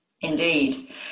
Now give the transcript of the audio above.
indeed